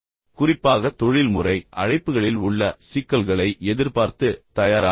எனவே குறிப்பாக தொழில்முறை அழைப்புகளில் உள்ள சிக்கல்களை எதிர்பார்த்து தயாராக இருங்கள்